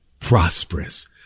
Prosperous